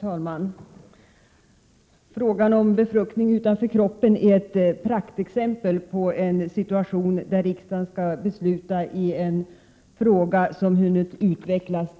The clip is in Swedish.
Herr talman! Frågan om befruktning utanför kroppen är ett praktexempel på en situation där riksdagen skall besluta i en fråga där praxis redan har hunnit utvecklas.